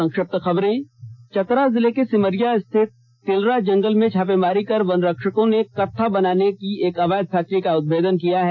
संक्षिप्त खबरें चतरा जिले के सिमरिया स्थित तिलरा जंगल में छापेमारी कर वनरक्षकों ने कत्था बनाने की एक अवैध फैक्ट्री का उद्भेदन किया है